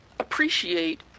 appreciate